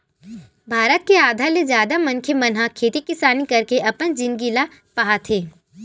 भारत के आधा ले जादा मनखे मन ह खेती किसानी करके अपन जिनगी ल पहाथे